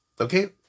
Okay